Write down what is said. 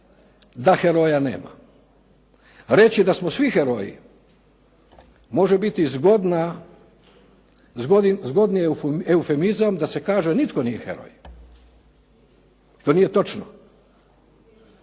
da heroja nema. Reći da smo svi heroji može biti zgodni eufemizam da se kaže nitko nije heroj. To nije točno.